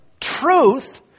truth